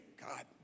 God